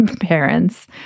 parents